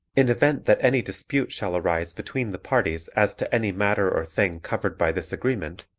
in event that any dispute shall arise between the parties as to any matter or thing covered by this agreement,